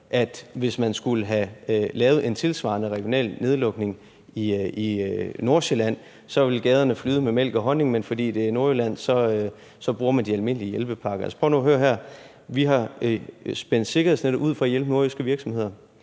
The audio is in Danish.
hvis man skulle have lavet en tilsvarende regional nedlukning i Nordsjælland, så ville flyde med mælk og honning, men at man, fordi det er Nordjylland, så bruger de almindelige hjælpepakker. Altså, prøv nu at høre her: Vi har spændt et sikkerhedsnet ud for at hjælpe nordjyske virksomheder,